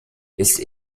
ist